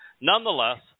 nonetheless